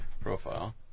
profile